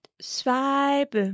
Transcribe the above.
swipe